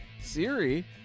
Siri